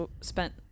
spent